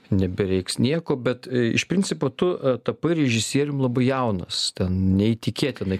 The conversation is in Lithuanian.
nebereiks nieko bet iš principo tu tapai režisierium labai jaunas neįtikėtinai